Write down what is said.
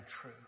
true